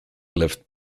left